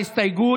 ההסתייגות